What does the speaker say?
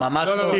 ממש לא.